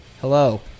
Hello